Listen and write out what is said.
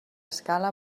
escala